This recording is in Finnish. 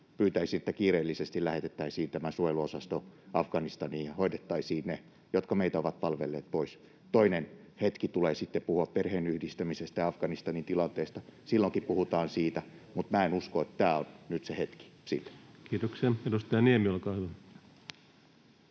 pyytäisin, että kiireellisesti lähetettäisiin tämä suojeluosasto Afganistaniin ja hoidettaisiin ne, jotka meitä ovat palvelleet, pois. Toinen hetki tulee sitten puhua perheenyhdistämisestä ja Afganistanin tilanteesta, silloinkin puhutaan siitä, mutta minä en usko, että tämä on nyt se hetki sille. [Speech 54] Speaker: